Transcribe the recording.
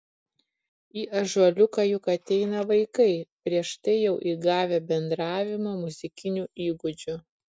į ąžuoliuką juk ateina vaikai prieš tai jau įgavę bendravimo muzikinių įgūdžių